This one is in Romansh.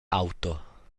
auto